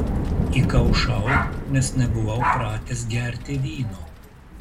įkaušau nes nebuvau pratęs gerti vyno